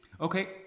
Okay